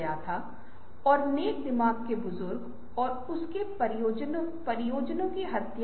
इसीलिए नाममात्र शब्द का प्रयोग किया जाता है